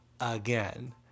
again